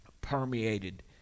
permeated